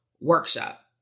Workshop